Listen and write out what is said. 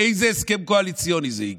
באיזה הסכם קואליציוני זה הגיע?